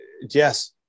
Yes